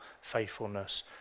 faithfulness